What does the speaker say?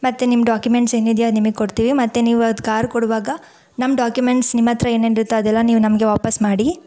ಮತ್ತೆ ನಿಮ್ಮ ಡಾಕ್ಯುಮೆಂಟ್ಸ್ ಏನಿದೆಯೋ ಅದು ನಿಮಗ್ ಕೊಡ್ತೀವಿ ಮತ್ತು ನೀವು ಅದು ಕಾರ್ ಕೊಡುವಾಗ ನಮ್ಮ ಡಾಕ್ಯುಮೆಂಟ್ಸ್ ನಿಮ್ಮ ಹತ್ರ ಏನೇನಿರುತ್ತೋ ಅದೆಲ್ಲ ನೀವು ನಮಗೆ ವಾಪಸ್ ಮಾಡಿ